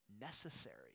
necessary